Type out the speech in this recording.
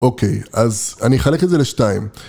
אוקיי, אז אני אחלק את זה לשתיים.